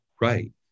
right